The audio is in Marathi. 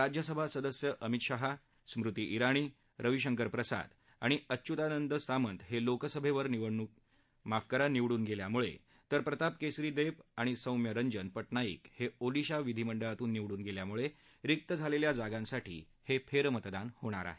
राज्यसभा सदस्य अमित शहा स्मृती ईराणी रविशंकर प्रसाद आणि अच्युतानंद सामंत हे लोकसभेवर निवडून गेल्यामुळे तर प्रताप केसरी देब आणि सौम्य रंजन पटनाईक हे ओडीशा विधीमंडळात निवडून गेल्यामुळे रिक्त झालेल्या जागांसाठी हे फेरमतदान होणार आहे